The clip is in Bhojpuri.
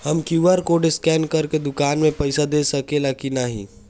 हम क्यू.आर कोड स्कैन करके दुकान में पईसा दे सकेला की नाहीं?